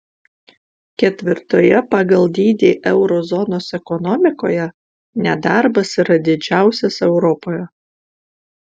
ketvirtoje pagal dydį euro zonos ekonomikoje nedarbas yra didžiausias europoje